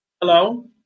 Hello